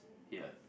here